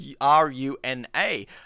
R-U-N-A